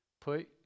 Put